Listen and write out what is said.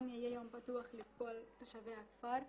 יהיה גם יום פתוח לכל תושבי הכפר.